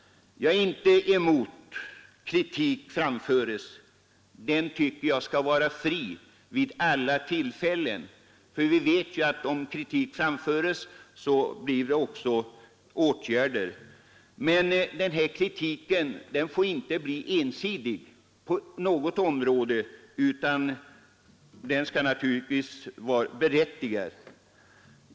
Jag är inte emot kritik. Den tycker jag skall vara fri vid alla tillfällen. Vi vet att om kritik framförs vidtas också åtgärder. Men kritiken får inte bli ensidig på något område utan skall naturligtvis vara berättigad.